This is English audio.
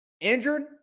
injured